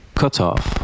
cut-off